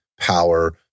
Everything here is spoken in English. power